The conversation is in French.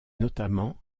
notamment